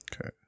okay